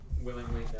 willingly